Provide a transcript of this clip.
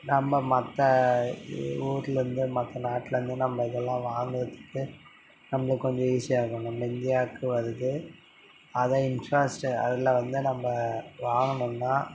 நம்ம மற்ற ஊர்லேருந்து மற்ற நாட்டுலேந்து நம்ம இதெல்லாம் வாங்குறத்துக்கு நம்மளுக்கு கொஞ்சம் ஈஸியாக இருக்கும் நம்ம இந்தியாவுக்கு வருது அதை இன்ஃப்ராஸ்ட்ர அதில் வந்து நம்ம வாழணும்னா